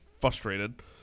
frustrated